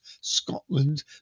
Scotland